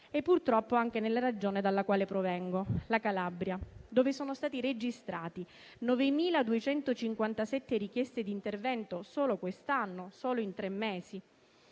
e purtroppo anche nella Regione dalla quale provengo, la Calabria, dove sono stati registrati 9.257 richieste di intervento solo quest'anno e solo in tre mesi.